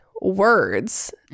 words